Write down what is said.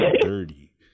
dirty